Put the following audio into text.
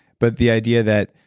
but the idea that,